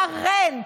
שרן,